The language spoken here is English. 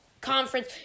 conference